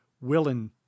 willing